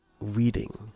reading